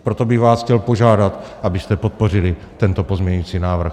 Proto bych vás chtěl požádat, abyste podpořili tento pozměňující návrh.